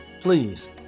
please